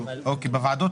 בנו.